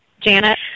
Janet